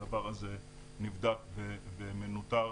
הדבר הזה נבדק ומנוטר